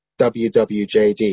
WWJD